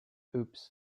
oops